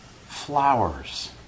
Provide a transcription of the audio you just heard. flowers